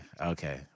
okay